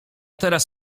teraz